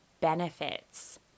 benefits